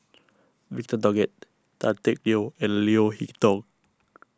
Victor Doggett Tan Teck Neo and Leo Hee Tong